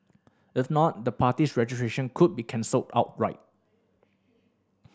if not the party's registration could be cancelled outright